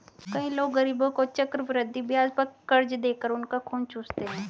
कई लोग गरीबों को चक्रवृद्धि ब्याज पर कर्ज देकर उनका खून चूसते हैं